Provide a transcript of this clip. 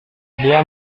dia